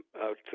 out